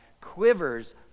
quivers